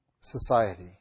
society